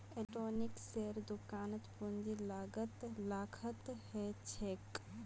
इलेक्ट्रॉनिक्सेर दुकानत पूंजीर लागत लाखत ह छेक